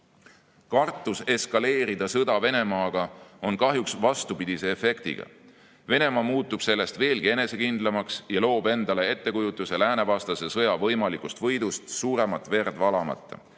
eskaleerida sõda Venemaaga on kahjuks vastupidise efektiga. Venemaa muutub sellest veelgi enesekindlamaks ja loob endale ettekujutuse läänevastase sõja võimalikust võitmisest suuremat verd valamata.